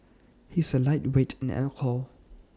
he is A lightweight in alcohol